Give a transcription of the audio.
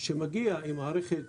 שמגיע עם מערכת